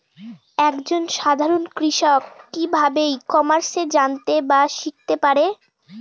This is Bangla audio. এক জন সাধারন কৃষক কি ভাবে ই কমার্সে জানতে বা শিক্ষতে পারে?